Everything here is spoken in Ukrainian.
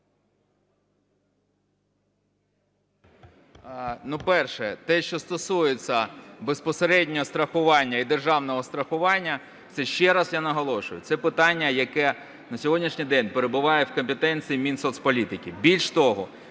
Ну перше. Те, що стосується безпосередньо страхування і державного страхування, це ще раз я наголошую, це питання, яке на сьогоднішній день перебуває в компетенції в Мінсоцполітики. Більш того,